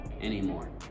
anymore